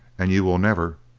and you will never